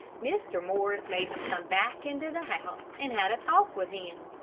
mr. morris made him come back into the house, and had a talk with him.